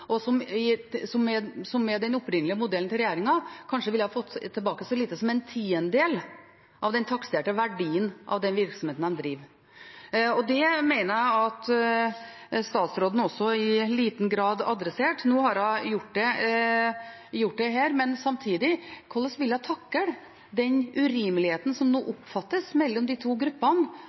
som med regjeringens opprinnelige modell kanskje ville ha fått tilbake så lite som en tiendedel av den takserte verdien av den virksomheten de driver med. Det mener jeg at statsråden i liten grad adresserte. Nå har hun gjort det her, men samtidig: Hvordan vil hun takle den urimeligheten som det nå oppfattes å være mellom de to gruppene